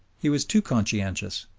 he was too conscientious.